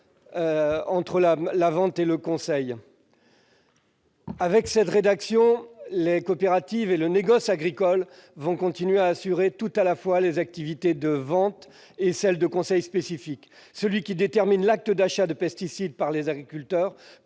travaux de la commission, les coopératives et le négoce agricoles vont continuer à assurer tout à la fois les activités de vente et celles de conseil spécifique. Celui qui détermine l'acte d'achat de pesticides par les agriculteurs